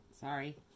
Sorry